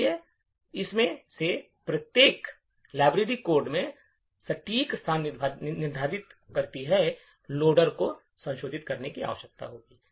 इसलिए इनमें से प्रत्येक प्रविष्टि लाइब्रेरी कोड में सटीक स्थान निर्धारित करती है लोडर को संशोधित करने की आवश्यकता होगी